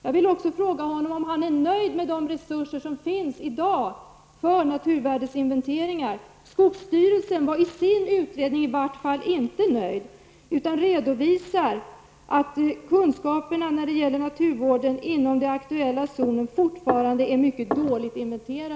Jag vill också fråga honom, om han är nöjd med de resurser som finns i dag för naturvärdesinventeringar. Skogsstyrelsen var i sin utredning i vart fall inte nöjd utan redovisar att kunskaperna när det gäller naturvärden inom den aktuella zonen fortfarande är mycket dåliga.